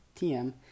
TM